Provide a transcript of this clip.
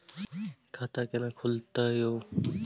खाता केना खुलतै यो